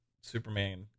Superman